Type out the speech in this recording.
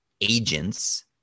agents